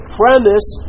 premise